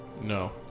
No